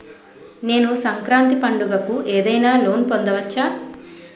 నేను సంక్రాంతి పండగ కు ఏదైనా లోన్ పొందవచ్చా?